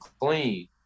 clean